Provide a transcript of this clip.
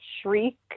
shriek